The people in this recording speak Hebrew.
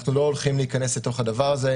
אנחנו לא הולכים להיכנס לדבר הזה,